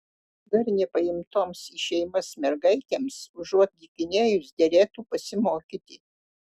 dar nepaimtoms į šeimas mergaitėms užuot dykinėjus derėtų pasimokyti